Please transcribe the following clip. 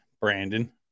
Brandon